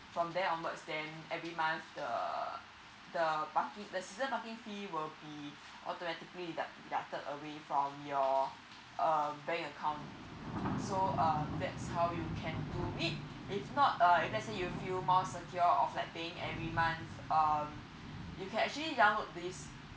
from there onwards then every month the the parking the season parking fee will be automatically de~ deducted away from your um bank account so uh that's how you can do it if not uh if let's say you feel more secure of like paying every month um you can actually download this